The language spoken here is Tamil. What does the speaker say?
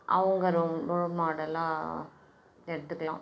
அவங்க ரோ ரோல் மாடலாக எடுத்துக்கலாம்